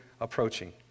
approaching